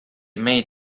made